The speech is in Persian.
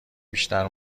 بیشتر